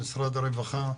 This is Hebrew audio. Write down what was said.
ממשרד הרווחה,